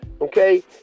okay